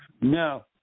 No